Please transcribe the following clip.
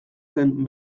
zen